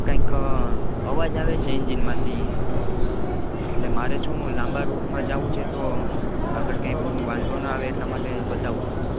કઈક અવાજ આવે કછે કે એન્જિન માંથી આટલે મારે શું લાંબા રૂટમાં જાવું છે તો આગળ ક્યાંય પણ વાંધો આવે એટલા માટે બતાવું તું